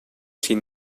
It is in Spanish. sin